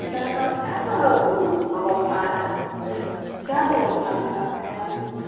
जिला का क्या सब व्यवस्था है कैसे क्या व्यवस्था से रहते हैं आप लोग सब